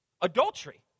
adultery